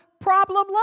problem